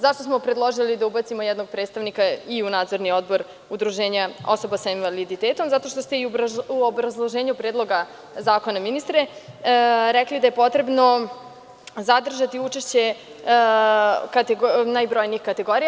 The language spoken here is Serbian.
Zašto smo predložili da ubacimo jednog predstavnika i u nadzorni odbor udruženja osoba sa invaliditetom, zato što ste i u obrazloženju Predloga zakona ministre rekli da je potrebno zadržati učešće najbrojnijih kategorija.